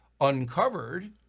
uncovered